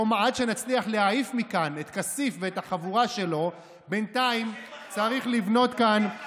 עד שנצליח להעיף מכאן את כסיף ואת החבורה שלו/ תמשיך לחלום.